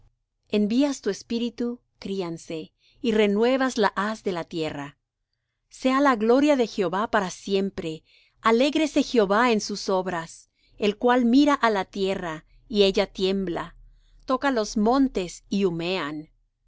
envías tu espíritu críanse y renuevas la haz de la tierra sea la gloria de jehová para siempre alégrese jehová en sus obras el cual mira á la tierra y ella tiembla toca los montes y humean